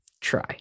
try